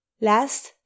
Last